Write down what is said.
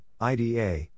IDA